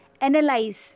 analyze